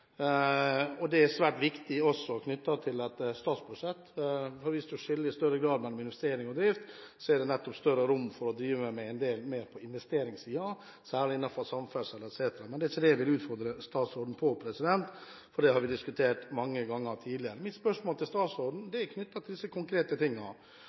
Det er svært viktig også i forbindelse med et statsbudsjett. Hvis man i større grad skiller mellom investering og drift, er det større rom for å drive med mer på investeringssiden, særlig innenfor samferdsel etc. Men det er ikke her jeg vil utfordre statsråden, for dette har vi diskutert mange ganger tidligere. Mitt spørsmål til statsråden